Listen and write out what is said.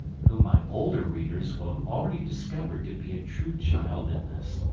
whom my older readers will have already discovered to be a true child in this,